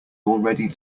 already